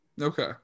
okay